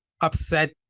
upset